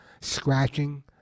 scratching